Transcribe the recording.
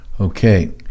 Okay